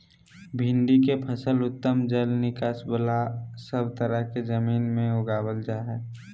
भिंडी के फसल उत्तम जल निकास बला सब तरह के जमीन में उगावल जा हई